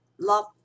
love